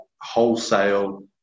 wholesale